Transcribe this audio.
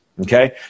Okay